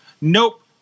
Nope